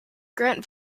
grant